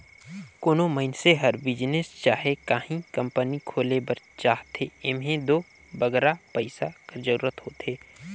कोनो मइनसे हर बिजनेस चहे काहीं कंपनी खोले बर चाहथे एम्हें दो बगरा पइसा कर जरूरत होथे